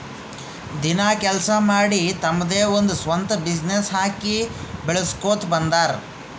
ದಿನ ಕೆಲ್ಸಾ ಮಾಡಿ ತಮ್ದೆ ಒಂದ್ ಸ್ವಂತ ಬಿಸಿನ್ನೆಸ್ ಹಾಕಿ ಬೆಳುಸ್ಕೋತಾ ಬಂದಾರ್